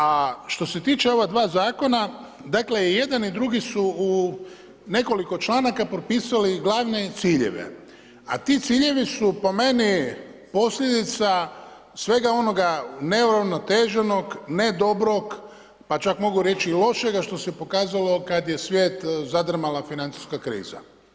A što se tiče ova dva zakona, dakle i jedan i drugi su u nekoliko članaka propisali glavne ciljeve a ti ciljevi su po meni posljedica svega onoga neuravnoteženog, ne dobrog, pa čak mogu reći i lošega što se pokazalo kada je svijet zadrmala financijska kriza.